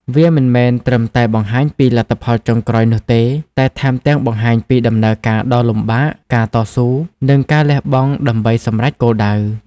វាមិនមែនត្រឹមតែបង្ហាញពីលទ្ធផលចុងក្រោយនោះទេ តែថែមទាំងបង្ហាញពីដំណើរការដ៏លំបាក ការតស៊ូ និងការលះបង់ដើម្បីសម្រេចគោលដៅ។